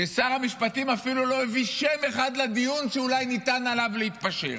ששר המשפטים אפילו לא הביא שם אחד לדיון שאולי ניתן עליו להתפשר.